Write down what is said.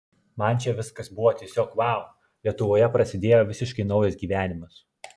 man čia viskas buvo tiesiog vau lietuvoje prasidėjo visiškai naujas gyvenimas